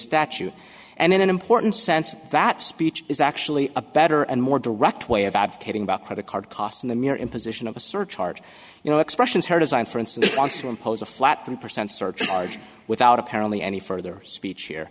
statute and in an important sense that speech is actually a better and more direct way of advocating about credit card costs in the near imposition of a surcharge you know expressions her design for instance wants to impose a flat three percent surcharged without apparently any further speech here